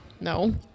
No